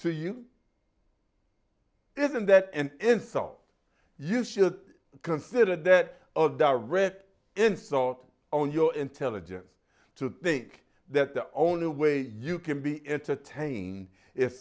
to you isn't that an insult you should consider that of direct insult on your intelligence to think that the only way you can be entertained if